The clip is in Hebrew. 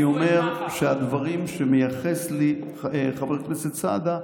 אני אומר שהדברים שמייחס לי חבר הכנסת סעדה,